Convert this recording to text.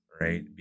right